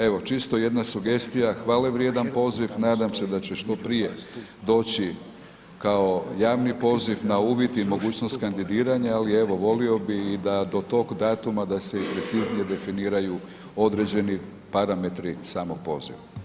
Evo, čisto jedna sugestija, hvale vrijedan poziv, nadam se da će što prije doći kao javni poziv na uvid i mogućnost kandidiranja, ali evo volio bi i da do tog datuma da se i preciznije definiraju određeni parametri samog poziva.